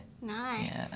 Nice